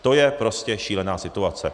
To je prostě šílená situace.